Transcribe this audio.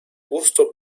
gusto